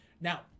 now